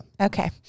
Okay